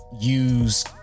use